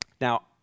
Now